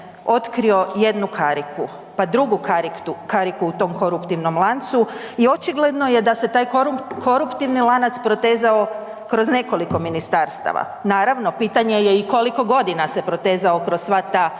otkrio jednu kariku, pa drugu kariku u tom koruptivnom lancu i očigledno je da se taj koruptivni lanac protezao kroz nekoliko ministarstava. Naravno, pitanje je i koliko godina se protezao kroz sva ta ministarstva